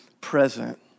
present